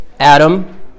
Adam